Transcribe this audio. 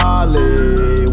Ollie